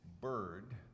bird